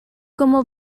como